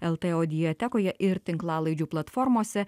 el t audiotekoje ir tinklalaidžių platformose